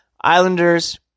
Islanders